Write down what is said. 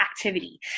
activity